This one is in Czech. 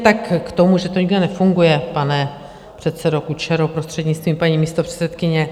Tak k tomu, že to nikdo nefunguje, pane předsedo Kučero, prostřednictvím paní místopředsedkyně.